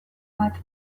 bat